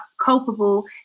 culpable